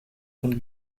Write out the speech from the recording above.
von